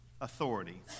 Authority